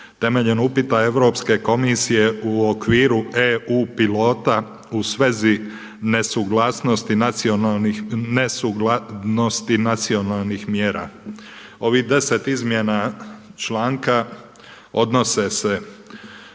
Temeljem upita Europske komisije u okviru EU pilota u svezi nesuglasnosti nacionalnih mjera. Ovih deset izmjena članka odnose se,